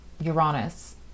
Uranus